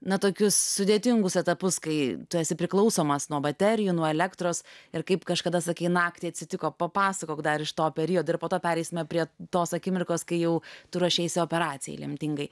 na tokius sudėtingus etapus kai tu esi priklausomas nuo baterijų nuo elektros ir kaip kažkada sakei naktį atsitiko papasakok dar iš to periodo ir po to pereisime prie tos akimirkos kai jau tu ruošeisi operacijai lemtingai